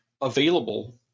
available